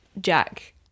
Jack